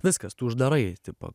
viskas tu uždarai tipo